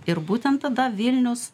ir būtent tada vilnius